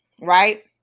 right